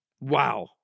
Wow